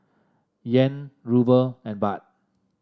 Yen Ruble and Baht